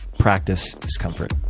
practice discomfort.